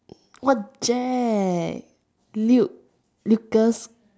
not Jack Luke Lucas